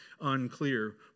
unclear